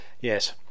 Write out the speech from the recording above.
yes